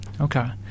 Okay